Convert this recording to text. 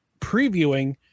previewing